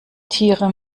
tiere